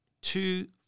two